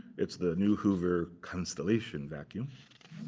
it's the new hoover constellation vacuum.